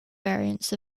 variants